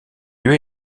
lieu